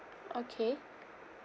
okay